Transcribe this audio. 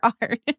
art